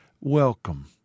Welcome